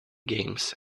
games